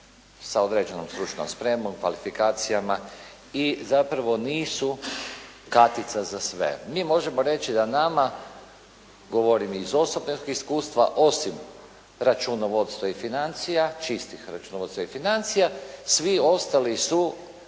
sa određenom stručnom spremom, kvalifikacijama i zapravo nisu "Katica za sve". Mi možemo reći da nama, govorim iz osobnog iskustva osim računovodstva i financija, čisti računovodstva i financija svi ostali su